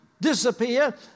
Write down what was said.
disappear